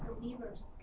believers